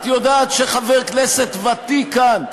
את יודעת שחבר כנסת ותיק כאן,